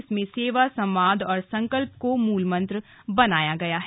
इसमें सेवा संवाद और संकल्प को मूलमंत्र बनाया गया है